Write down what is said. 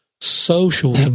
social